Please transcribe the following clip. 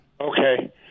Okay